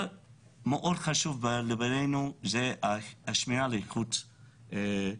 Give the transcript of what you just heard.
מאוד חשוב זה השמירה על איכות הסביבה